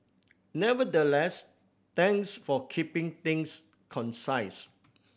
nevertheless thanks for keeping things concise